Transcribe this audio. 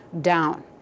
down